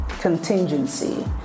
contingency